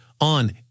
on